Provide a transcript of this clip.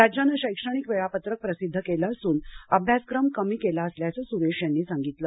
राज्यानं शैक्षणिक वेळापत्रक प्रसिद्ध केलं असूनअभ्यासक्रम कमी केला असल्याचं सुरेश यांनी सांगितलं